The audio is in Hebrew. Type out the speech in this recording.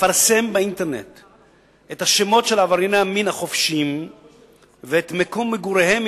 לפרסם באינטרנט את השמות של עברייני המין החופשיים ואת מקום מגוריהם,